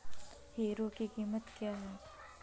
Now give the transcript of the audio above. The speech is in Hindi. हीरो की कीमत क्या है?